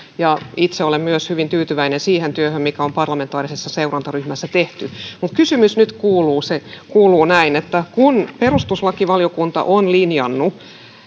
itse olen myös hyvin tyytyväinen siihen työhön mikä on parlamentaarisessa seurantaryhmässä tehty mutta kysymys nyt kuuluu näin kun perustuslakivaliokunta on linjannut